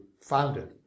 founded